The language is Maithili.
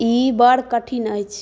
ई बड़ कठिन अछि